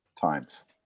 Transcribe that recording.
times